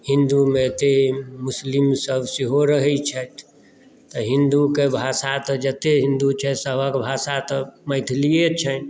हिन्दुमे मुस्लिम सभ सेहो रहै छथि हिन्दुके भाषा तऽ जते हिन्दु छै सभक भाषा तऽ मैथिलिए छनि